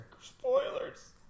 spoilers